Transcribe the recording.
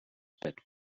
pet